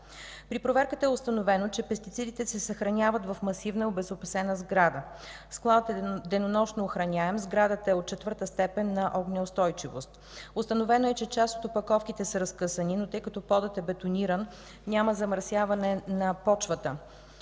При проверката е установено, че пестицидите се съхраняват в масивна и обезопасена сграда. Складът е денонощно охраняем, сградата е от четвърта степен на огнеустойчивост. Установено е, че част от опаковките са разкъсани, но тъй като подът е бетониран, няма замърсяване на почвата.